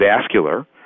vascular